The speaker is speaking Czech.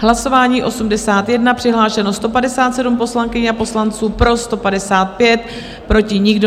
Hlasování číslo 81, přihlášeno 157 poslankyň a poslanců, pro 155, proti nikdo.